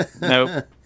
Nope